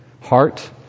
heart